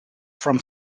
from